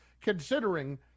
considering